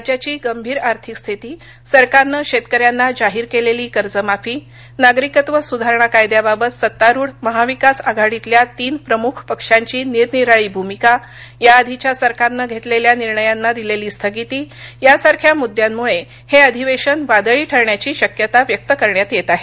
राज्याची गंभीर आर्थिक स्थिती सरकारनं शेतकऱ्यांनाजाहीर केलेली कर्जमाफी नागरिकत्व सुधारणा कायद्याबाबत सत्तारुढ महाविकास आघाडीतल्यातीन प्रमुख पक्षांची निरनिराळी भुमिका याआधीच्या सरकारनं घेतलेल्या निर्णयांना दिलेली स्थगिती यासारख्या मृद्यांमुळे हे अधिवेशन वादळी ठरण्याची शक्यता व्यक्त करण्यातयेत आहे